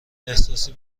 احساسی